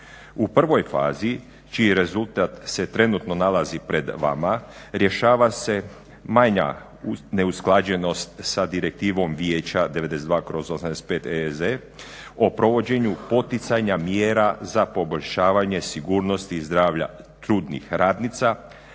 U prvoj fazi čiji rezultat se trenutno nalazi pred vama rješava se manja neusklađenost sa Direktivom Vijeća 92/85 EEZ o provođenju poticanja mjera za poboljšavanje sigurnosti i zdravlja trudnih radnica,